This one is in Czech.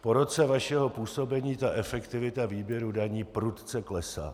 Po roce vašeho působení efektivita výběru daní prudce klesá.